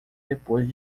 depois